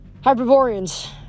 Hyperboreans